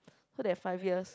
so that five years